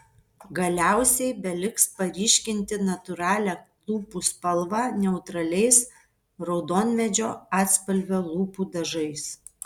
galiausiai beliks paryškinti natūralią lūpų spalvą neutraliais raudonmedžio atspalvio lūpų dažais